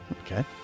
Okay